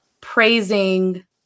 praising